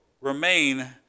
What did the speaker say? remain